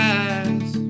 eyes